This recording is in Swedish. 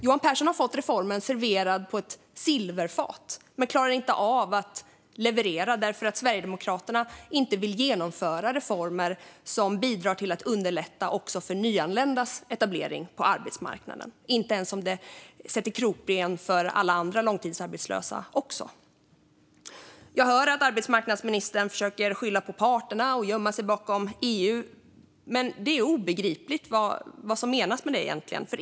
Johan Pehrson har fått reformen serverad på ett silverfat men klarar inte av att leverera därför att Sverigedemokraterna inte vill genomföra reformer som bidrar till att underlätta även för nyanländas etablering på arbetsmarknaden. Man bryr sig inte om att det innebär att man sätter krokben för alla andra långtidsarbetslösa. Jag hör att arbetsmarknadsministern försöker skylla på parterna och gömma sig bakom EU, men det är obegripligt vad som egentligen menas med det.